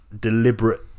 deliberate